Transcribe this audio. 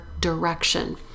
direction